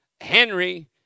Henry